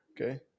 Okay